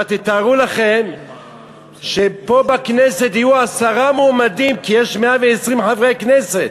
אבל תתארו לכם שפה בכנסת יהיו עשרה מועמדים כי יש 120 חברי כנסת.